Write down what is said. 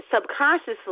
subconsciously